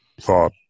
thought